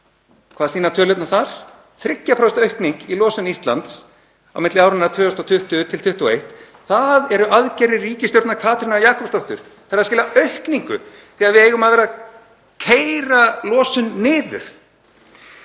hvað sýna tölurnar þar? 3% aukningu í losun Íslands á milli áranna 2020–2021. Það eru aðgerðir ríkisstjórnar Katrínar Jakobsdóttur. Þær eru að skila aukningu þegar við eigum að vera að keyra losun niður.